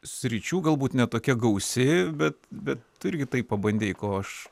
sričių galbūt ne tokia gausi bet bet tu irgi tai pabandei ko aš